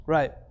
Right